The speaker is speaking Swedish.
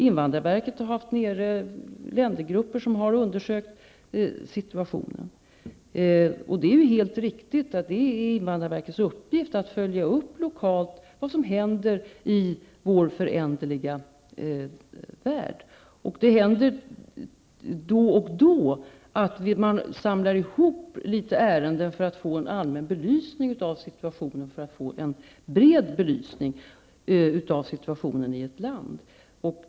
Invandrarverket har haft ländergrupper där, som har undersökt situationen. Det är helt riktigt att det är invandrarverkets uppgift att lokalt följa upp vad som händer i vår föränderliga värld. Det händer då och då att man samlar ihop ärenden för att få en bredare belysning av situationen i ett land.